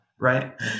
Right